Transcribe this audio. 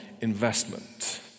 investment